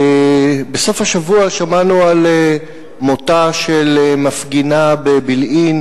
בסוף השבוע שמענו על מותה של מפגינה בבילעין